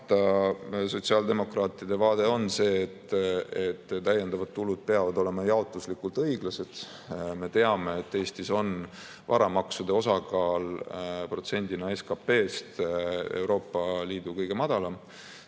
kahtlemata sotsiaaldemokraatide vaade on see, et täiendavad tulud peavad olema õiglaselt jaotatud. Me teame, et Eestis on varamaksude osakaal protsendina SKP‑st Euroopa Liidu kõige madalam.